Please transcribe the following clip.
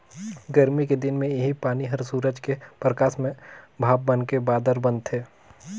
गरमी के दिन मे इहीं पानी हर सूरज के परकास में भाप बनके बादर बनथे